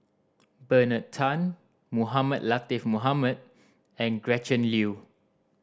Bernard Tan Mohamed Latiff Mohamed and Gretchen Liu